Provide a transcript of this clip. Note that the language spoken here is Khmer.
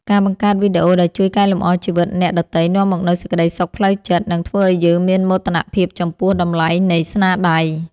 ការបង្កើតវីដេអូដែលជួយកែលម្អជីវិតអ្នកដទៃនាំមកនូវសេចក្ដីសុខផ្លូវចិត្ត និង ធ្វើឱ្យយើងមានមោទនភាពចំពោះតម្លៃនៃស្នាដៃ។